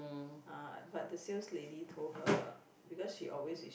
uh but the sales lady told her because she always is